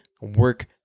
work